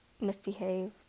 misbehave